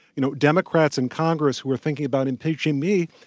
you know, democrats in congress who were thinking about impeaching me,